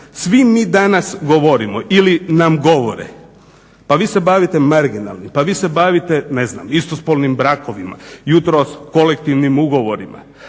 Svi mi danas govorimo ili nam govore pa vi se bavite marginalnim, pa vi se bavite ne znam istospolnim brakovima, jutros kolektivnim ugovorima,